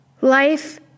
life